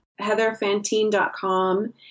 Heatherfantine.com